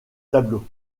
tableau